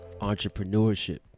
entrepreneurship